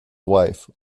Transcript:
wife